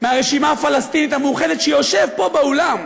מהרשימה הפלסטינית המאוחדת, שיושב פה, באולם,